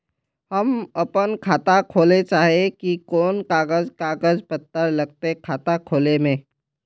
हम अपन खाता खोले चाहे ही कोन कागज कागज पत्तार लगते खाता खोले में?